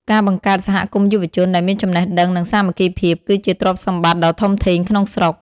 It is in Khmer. ការបង្កើត "សហគមន៍យុវជន" ដែលមានចំណេះដឹង និងសាមគ្គីភាព គឺជាទ្រព្យសម្បត្តិដ៏ធំធេងក្នុងស្រុក។